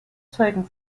zeugen